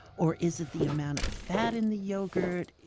or is it the amount of fat in the yogurt,